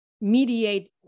mediate